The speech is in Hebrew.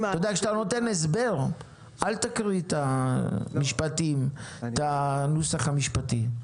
כשאתה נותן הסבר אל תקריא את הנוסח המשפטי.